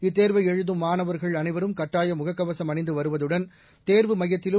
இத்தேர்வை எழுதும் மாணவர்கள் அனைவரும் கட்டாயம் முகக்கவசும் அணிந்து வருவதுடன் தேர்வு மையத்திலும்